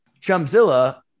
Chumzilla